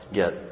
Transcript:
get